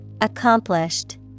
Accomplished